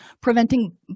preventing